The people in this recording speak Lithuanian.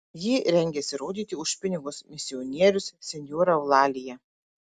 jį rengiasi rodyti už pinigus misionierius senjora eulalija